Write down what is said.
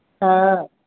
हॅं